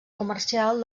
comercial